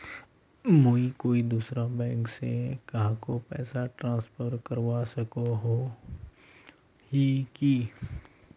मुई कोई दूसरा बैंक से कहाको पैसा ट्रांसफर करवा सको ही कि?